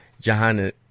Johanna